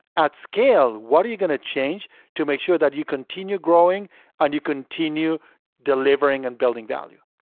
at scale, what are you going to change to make sure that you continue growing and you continue delivering and building value?